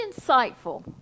insightful